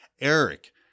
Eric